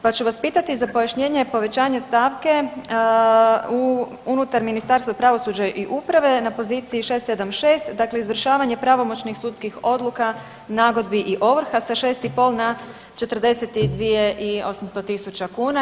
Pa ću vas pitati za pojašnjenje povećanja stavke u unutar Ministarstva pravosuđa i uprave, na poziciji 676. dakle izvršavanje pravomoćnih sudskih odluka, nagodbi i ovrha sa 6,5 na 42 i 800 tisuća kuna.